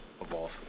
evolve